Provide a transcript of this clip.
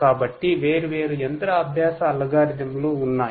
కాబట్టి వేర్వేరు యంత్ర అభ్యాస అల్గారిథమ్ లు ఉన్నాయి